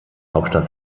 hauptstadt